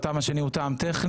וטעם שני הוא טעם טכני.